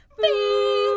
beep